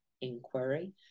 inquiry